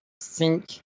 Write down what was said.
sink